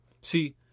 See